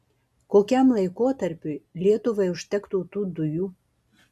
kokiam laikotarpiui lietuvai užtektų tų dujų